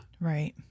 Right